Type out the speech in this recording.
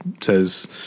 says